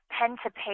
pen-to-paper